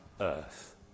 Earth